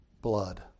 blood